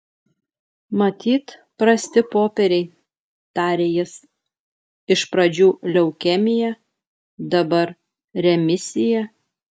matyt prasti popieriai tarė jis iš pradžių leukemija dabar remisija